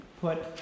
put